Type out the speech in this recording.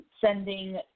sending